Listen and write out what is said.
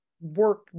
work